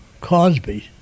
cosby